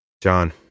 john